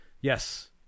Yes